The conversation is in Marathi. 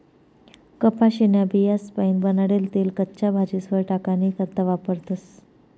कपाशीन्या बियास्पाईन बनाडेल तेल कच्च्या भाजीस्वर टाकानी करता वापरतस